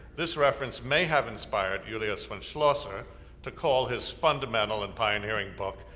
this reference may have inspired julius von schlosser to call his fundamental and pioneering book,